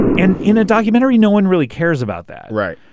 and in a documentary no one really cares about that right.